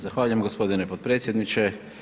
Zahvaljujem g. potpredsjedniče.